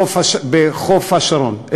בחוף-אשקלון.